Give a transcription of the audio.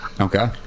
Okay